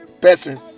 person